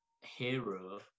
hero